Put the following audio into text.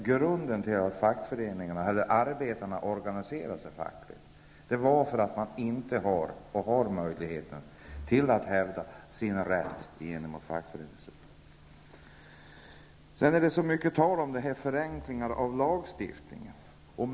Anledningen till att arbetarna organiserade sig fackligt var att man inte annars hade möjlighet att hävda sin rätt gentemot företagsledningen. Sedan är det så mycket tal om förenklingar av lagstiftningen.